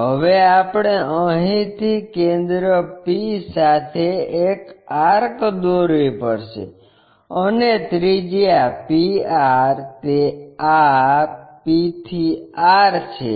હવે આપણે અહીંથી કેન્દ્ર p સાથે એક આર્ક દોરવી પડશે અને ત્રિજ્યા pr તે આ p થી r છે